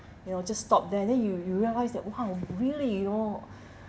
you know just stop there then you you realise that !wow! really you know